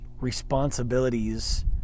responsibilities